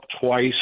twice